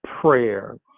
prayer